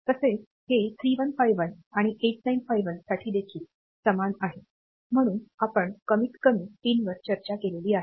तसेच हे 3151 आणि 8951 साठी देखील समान आहे म्हणून आपण कमीतकमी पिनवर चर्चा केलेली आहे